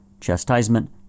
chastisement